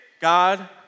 God